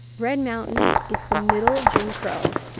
red mountain it's the middle of jim crow.